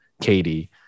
katie